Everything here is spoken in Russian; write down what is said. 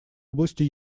области